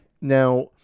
Now